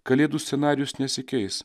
kalėdų scenarijus nesikeis